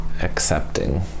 accepting